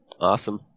Awesome